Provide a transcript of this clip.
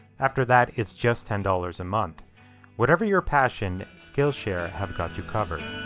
after that, it's just ten dollars a month whatever your passion skillshare have got you covered.